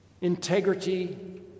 Integrity